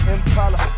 Impala